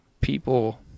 people